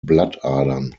blattadern